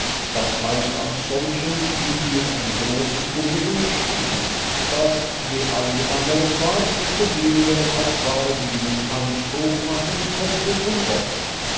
das heißt an solchen die für ein großes publikum schrieben das je allgemeiner es war desto weniger auf wahre bildung anspruch machen konnte und wollte